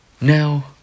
now